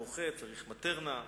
בוכה וצריך "מטרנה",